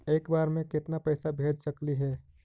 एक बार मे केतना पैसा भेज सकली हे?